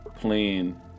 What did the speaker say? playing